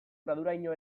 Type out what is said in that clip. graduraino